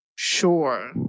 Sure